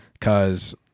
Cause